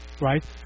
right